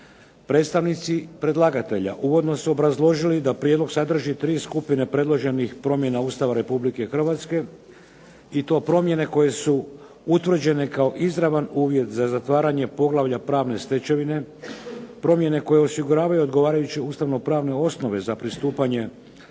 Predstavnici predlagatelja uvodno su obrazložili da prijedlog sadrži tri skupine predloženih promjena Ustava Republike Hrvatske i to promjene koje su utvrđene kao izravan uvjet za zatvaranje poglavlja pravne stečevine, promjene koje osiguravaju odgovarajuće ustavno-pravne osnove za pristupanje